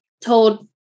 told